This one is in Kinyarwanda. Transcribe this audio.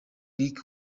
lick